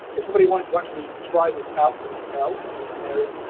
if somebody wanted to actually try this out for themselves in canary,